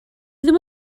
ddim